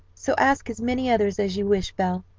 so ask as many others as you wish, belle.